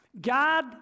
God